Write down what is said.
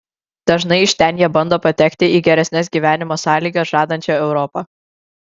dažnai iš ten jie bando patekti į geresnes gyvenimo sąlygas žadančią europą